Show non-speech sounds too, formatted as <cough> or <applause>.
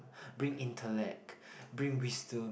<breath> bring intellect bring wisdom